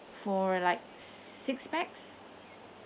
for like six pax